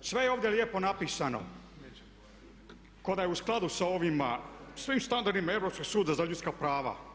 sve je ovdje lijepo napisano kao da je u skladu sa svim standardima Europskog suda za ljudska prava.